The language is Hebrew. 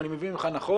אם אני מבין נכון,